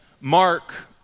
Mark